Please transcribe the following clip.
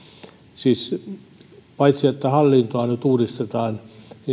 siis paitsi että hallintoa nyt uudistetaan